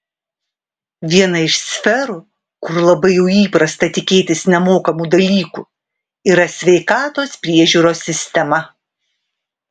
viena iš sferų kur labai jau įprasta tikėtis nemokamų dalykų yra sveikatos priežiūros sistema